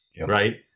Right